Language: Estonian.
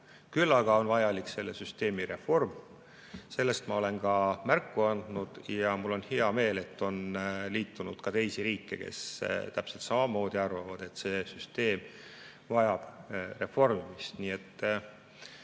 Küll aga on vajalik selle süsteemi reform. Sellest ma olen ka märku andnud ja mul on hea meel, et on liitunud ka teisi riike, kes täpselt samamoodi arvavad, et see süsteem vajab reformimist.